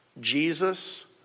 Jesus